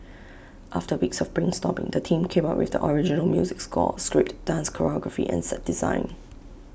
after weeks of brainstorming the team came up with the original music score script dance choreography and set design